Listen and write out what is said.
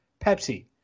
Pepsi